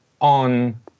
on